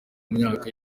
myaka